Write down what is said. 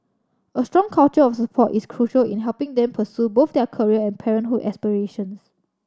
a strong culture of support is crucial in helping them pursue both their career and parenthood aspirations